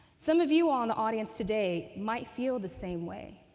some of you, all in the audience today, might feel the same way.